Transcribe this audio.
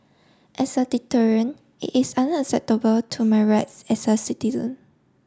as a deterrent it is unacceptable to my rights as a citizen